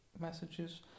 messages